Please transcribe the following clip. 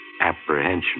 apprehension